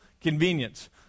convenience